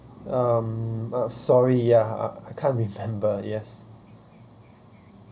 um sorry ya I can't remember yes